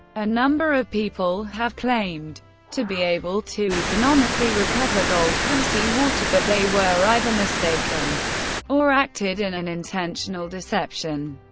a number of people have claimed to be able to economically recover gold from sea water, but they were either mistaken or acted in an intentional deception.